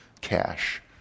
cash